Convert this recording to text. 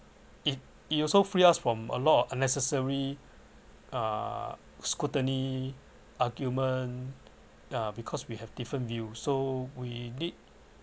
it it also free us from a lot of unnecessary uh scrutiny argument uh because we have different view so we need